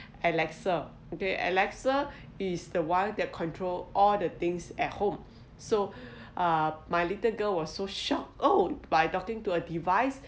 alexa the alexa is the while their control all the things at home so uh my little girl was so shocked oh by talking to a device